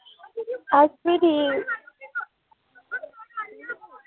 अस वी ठीक